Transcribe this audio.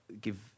give